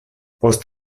post